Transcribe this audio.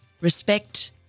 respect